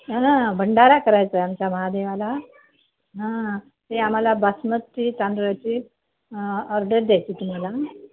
हां भंडारा करायचा आहे आमच्या महादेवाला हां ते आम्हाला बासमती तांदळाची ऑर्डर द्यायची तुम्हाला